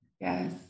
Yes